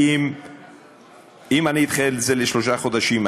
אם אני אדחה את זה בשלושה חודשים,